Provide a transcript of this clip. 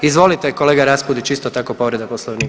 Izvolite kolega Raspudić isto tako povreda Poslovnika.